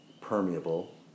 permeable